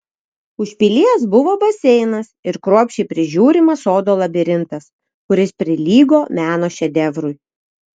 už pilies buvo baseinas ir kruopščiai prižiūrimas sodo labirintas kuris prilygo meno šedevrui